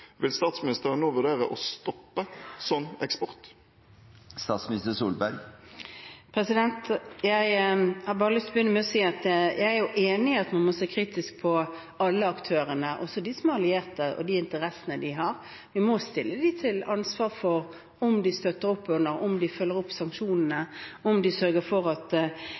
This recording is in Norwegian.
Vil statsministeren nå vurdere å stoppe en sånn eksport? Jeg har bare lyst til å begynne med å si at jeg er enig i at man må se kritisk på alle aktørene, også de som er allierte, og de interessene de har. Vi må stille dem til ansvar for om de støtter opp under, om de følger opp sanksjonene, om de sørger for